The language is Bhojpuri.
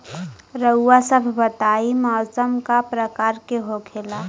रउआ सभ बताई मौसम क प्रकार के होखेला?